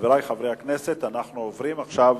חברי חברי הכנסת, אנחנו עוברים עכשיו